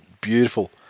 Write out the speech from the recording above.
beautiful